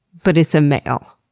but it's a male,